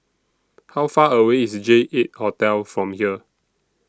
How Far away IS J eight Hotel from here